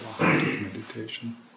Meditation